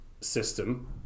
system